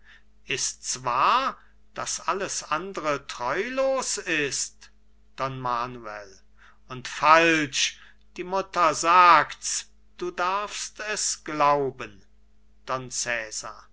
ist's wahr daß alles andre treulos ist don manuel und falsch die mutter sagt's du darfst es glauben